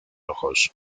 ojos